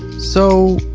so,